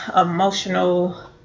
emotional